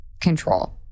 control